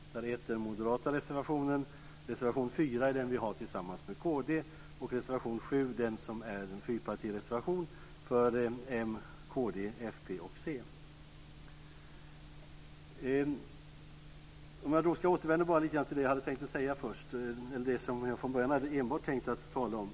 Reservation 1 är den moderata reservationen, reservation 4 har vi tillsammans med kd, och reservation 7 är en fyrpartireservation, m, kd, fp och c. Jag återvänder till det jag först hade tänkt att säga, dvs. det som jag från början enbart hade tänkt att tala om.